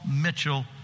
Mitchell